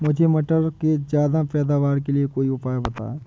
मुझे मटर के ज्यादा पैदावार के लिए कोई उपाय बताए?